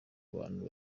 bantu